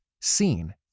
seen